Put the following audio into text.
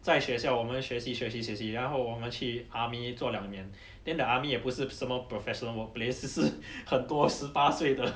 在学校我们学习学习学习然后我们去 army 做两年 then the army 也不是什么 professional workplace 只是很多十八岁的